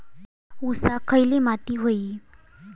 ऊसाक खयली माती व्हयी?